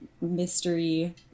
mystery